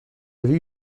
avez